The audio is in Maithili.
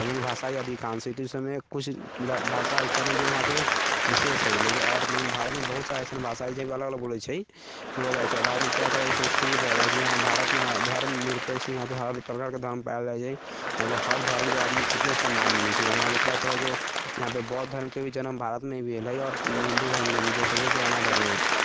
तमिल भाषा या अधिकांशतः समय कुछ भाषा ऐसन हइ जे वहाँके विशेष हइ आओर लेकिन आओर लेकिन भारतमे बहुत सारा ऐसन भाषा हइ जे लोग अलग अलग बोलै छै बोलल जाइ छै भारतमे तरह तरहके संस्कृति पाओल जाइ छै यहाँ भारतमे धर्म निरपेक्ष यहाँपे हर प्रकारके धर्म पायल जाइ छै यहाँके हर धर्मके उतने सम्मान मिलै छै यहाँ तरह तरहके यहाँ पर बौद्ध धर्मके भी जन्म भारतमे ही भेल है आओर हिन्दू धर्मके भी जो सभसँ पुराना धर्म हइ